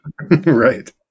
Right